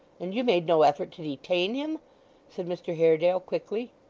and you made no effort to detain him said mr haredale quickly.